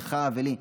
לך ולי,